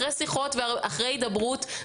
אחרי שיחות ואחרי הידברות.